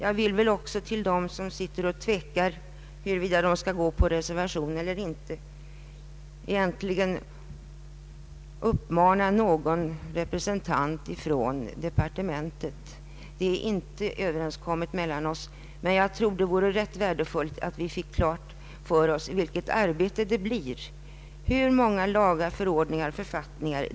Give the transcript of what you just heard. Jag vill slutligen säga till dem som tvekar huruvida de skall gå på reserva tionen eller inte, att någon representant för departementet egentligen bör framföra sina synpunkter — det föreligger ingen överenskommelse mellan oss. Jag anser att vi bör få klart för oss hur omfattande arbetet blir med ändringar av lagar, författningar och förordningar.